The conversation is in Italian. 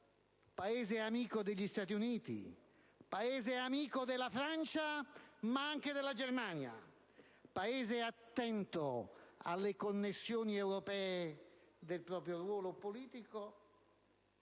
Paese amico degli Stati Uniti, della Francia e anche della Germania, nonché Paese attento alle connessioni europee del proprio ruolo politico